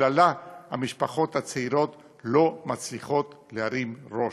שבגללה המשפחות הצעירות לא מצליחות להרים ראש,